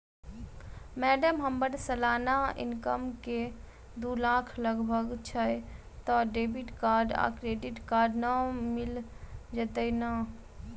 Madam हम्मर सलाना income एक दु लाख लगभग छैय तऽ डेबिट कार्ड आ क्रेडिट कार्ड मिल जतैई नै?